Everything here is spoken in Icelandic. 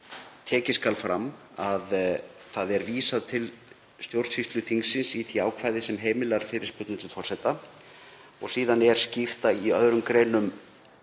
Tekið skal fram að það er vísað til stjórnsýslu þingsins í því ákvæði sem heimilar fyrirspurnir til forseta og síðan er skýrt í öðrum greinum